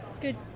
good